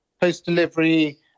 post-delivery